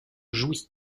jouy